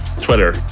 twitter